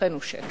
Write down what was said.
ואכן הוא שקר,